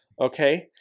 Okay